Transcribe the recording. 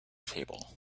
table